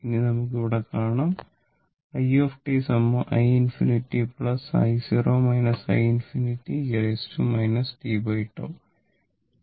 ഇനി നമുക്ക് ഇവിടെ കാണാം i i ∞ i0 i ∞ e tτ